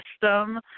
system